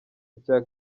icya